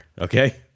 Okay